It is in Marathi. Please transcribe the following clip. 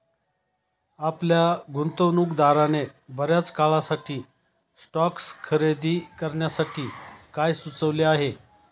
आपल्या गुंतवणूकदाराने बर्याच काळासाठी स्टॉक्स खरेदी करण्यासाठी काय सुचविले आहे?